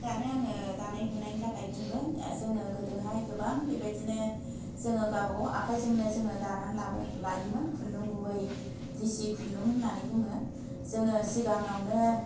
दानो आङो दानाय लुनायनि थाखाय बुंगोन जोङो गोदोहाय गोबां बेबायदिनो जोङो गाबागाव आखायजोंनो जोङो दानानै लायोमोन खुन्दुं गुबै गिसि खुन्दुं होननानै बुङो जोङो सिगाङावनो